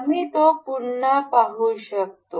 आम्ही तो पुन्हा पाहू शकतो